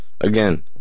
Again